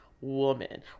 woman